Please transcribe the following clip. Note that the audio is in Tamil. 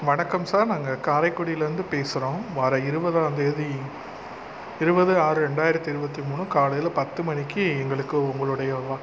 வணக்கம் சார் நாங்கள் காரைக்குடிலேருந்து பேசுகிறோம் வர இருபதாம் தேதி இருபது ஆறு ரெண்டாயிரத்தி இருபத்தி மூணு காலையில பத்து மணிக்கு எங்களுக்கு உங்களுடைய வ